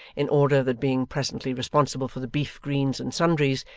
in order that being presently responsible for the beef, greens, and sundries,